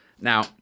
Now